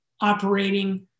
operating